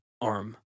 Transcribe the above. arm